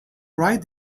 write